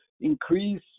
increase